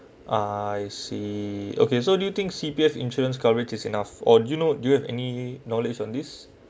I see okay so do you think C_P_F insurance coverage is enough or do you know do you have any knowledge on this